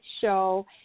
show